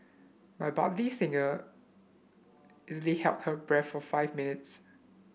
my budding singer easily held her breath for five minutes